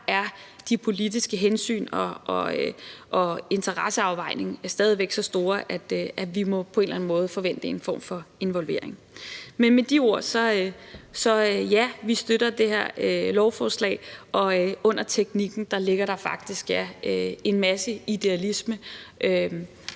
er de politiske hensyn og interesseafvejninger stadig væk så store, at vi på en eller anden måde må forvente en form for involvering. Med de ord støtter vi det her lovforslag, og under teknikken ligger der faktisk en masse idealisme